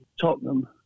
Tottenham